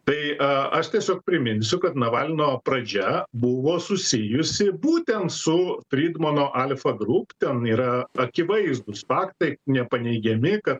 tai a aš tiesiog priminsiu kad navalno pradžia buvo susijusi būtent su frydmano alfa grūp ten yra akivaizdūs faktai nepaneigiami kad